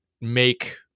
make